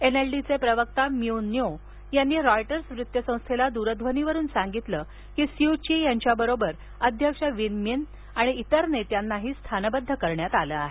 एनएलडीचे प्रवक्ता Myo Nyunt यांनी Reuters वृत्त संस्थेला दूरध्वनीवरुन सांगितलं की स्यु ची यांच्यासोबत अध्यक्ष विन म्यिन आणि इतर नेत्यांनाही स्थानबद्ध करण्यात आलं आहे